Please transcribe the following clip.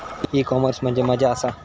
E commerce म्हणजे मझ्या आसा?